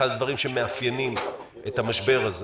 אחד הדברים שמאפיינים את המשבר הזה